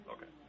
Okay